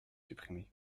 supprimé